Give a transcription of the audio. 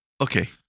Okay